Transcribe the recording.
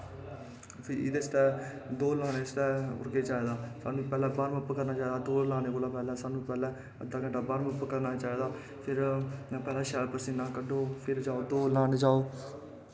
फिर एह्दै आस्तै दौड़ लाने आस्तै सानूंं पैह्ले बार्मअप करना चाहिदा दौड़ लाने आस्तै सानूं पैह्ले अद्धा घैंटा बार्मअप करना चाहिदा पैह्ले शैल पसीना कड्डो फिर दौड़ लान जाओ